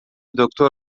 دکتر